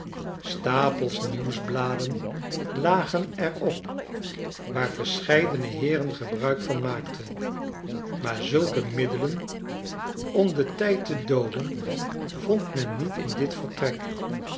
stapels nieuwsbladen lagen er op waar verscheidene heeren gebruik van maakten maar zulke middelen om den tijd te dooden vond men niet in dit vertrek